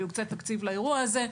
ויוקצה תקציב לאירוע הזה,